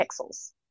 Pixels